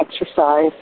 exercise